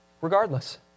Regardless